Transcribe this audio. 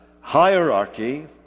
hierarchy